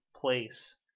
place